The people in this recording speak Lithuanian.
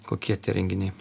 kokie tie renginiai